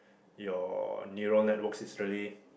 your neural network is really